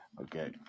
Okay